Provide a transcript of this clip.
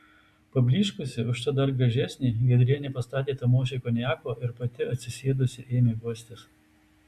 pablyškusi užtat dar gražesnė giedrienė pastatė tamošiui konjako ir pati atsisėdusi ėmė guostis